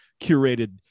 curated